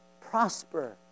prosper